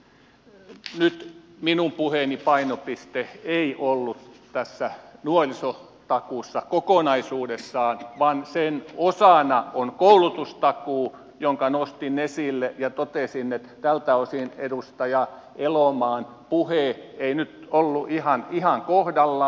nyt minun puheeni painopiste ei ollut tässä nuorisotakuussa kokonaisuudessaan vaan sen osana on koulutustakuu jonka nostin esille ja totesin että tältä osin edustaja elomaan puhe ei nyt ollut ihan kohdallaan